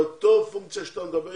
אבל אותה פונקציה שאתה מדבר עליה,